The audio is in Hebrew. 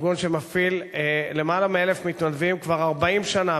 ארגון שמפעיל למעלה מ-1,000 מתנדבים כבר 40 שנה,